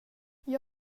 jag